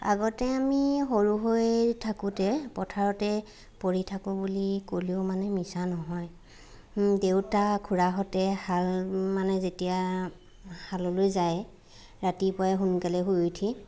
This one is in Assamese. আগতে আমি সৰু হৈ থাকোঁতে পথাৰতে পৰি থাকোঁ বুলি ক'লেও মানে মিছা নহয় দেউতা খুৰাহঁতে হাল মানে যেতিয়া হাললৈ যায় ৰাতিপুৱাই সোনকালে শুই উঠি